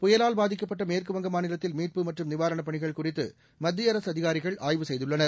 புயலால் பாதிக்கப்பட்ட மேற்குவங்க மாநிலத்தில் மீட்பு மற்றும் நிவாரணப் பணிகள் குறித்து மத்திய அரசு அதிகாரிகள் ஆய்வு செய்துள்ளனர்